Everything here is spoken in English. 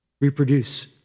Reproduce